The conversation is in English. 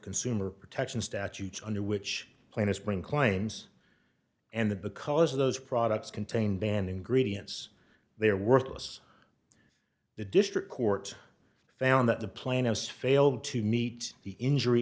consumer protection statutes under which plan a spring claims and the because of those products contain banned ingredients they are worthless the district court found that the plaintiffs failed to meet the injury